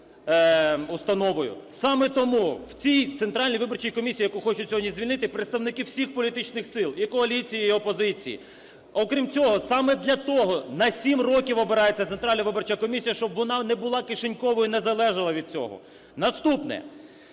Саме тому в цій Центральній виборчій комісії, яку хочуть сьогодні звільнити, представники всіх політичних сил – і коаліції, і опозиції. Окрім того саме для того на сім років обирається Центральна виборча комісія, щоб вона не була "кишеньковою" і не залежала від цього. Наступне,